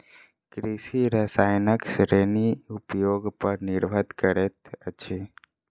कृषि रसायनक श्रेणी उपयोग पर निर्भर करैत अछि